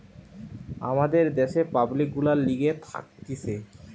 আমাদের দ্যাশের পাবলিক গুলার লিগে থাকতিছে